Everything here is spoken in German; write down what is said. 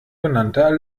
genannter